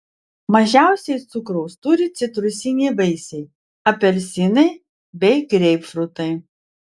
mažiausiai cukraus turi citrusiniai vaisiai apelsinai bei greipfrutai